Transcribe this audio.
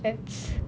it's